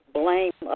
blame